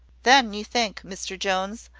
then you think, mr jones,